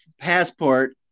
passport